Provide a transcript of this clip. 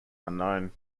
unknown